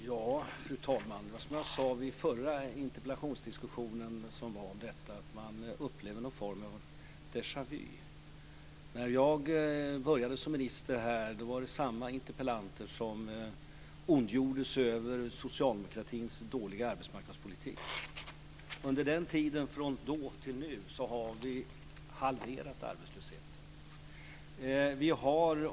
Fru talman! Det är som jag sade i förra interpellationsdebatten om samma fråga, att man upplever man någon form av déjà vu. När jag började som minister var det samma interpellanter som ondgjorde sig över socialdemokratins dåliga arbetsmarknadspolitik. Under tiden från då till nu har vi halverat arbetslösheten.